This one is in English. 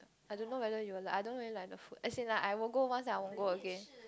I don't know whether you will like I don't really like the food as in I will go once and I won't go again